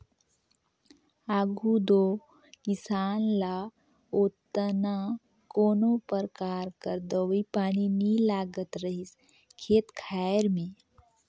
आघु दो किसान ल ओतना कोनो परकार कर दवई पानी नी लागत रहिस खेत खाएर में